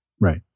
Right